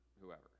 whoever